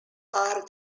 are